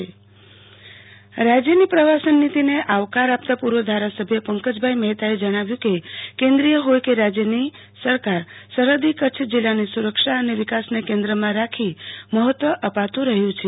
આરતી ભટ કચ્છ પ્રવાસન નીતિ રાજયની પ્રવાસન નીતિને આવકાર આપતાં પૂર્વ ધારાસભ્ય પંકજભાઈ મહેતાએ જણાવ્યું કે કેન્દ્રીય હોય કે રાજયની સરકાર સરહદી કચ્છ જિલ્લાની સુરક્ષા અને વિકાસને કેન્દ્રમાં રાખી મહત્વ અપાતું રહયું છે